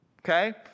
Okay